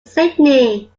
sydney